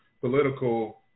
political